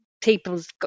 people's